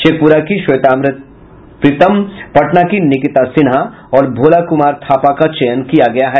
शेखपुरा की श्वेतामृत प्रीतम पटना की निकिता सिन्हा और भोला कुमार थापा का चयन किया गया है